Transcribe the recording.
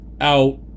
out